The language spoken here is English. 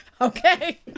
Okay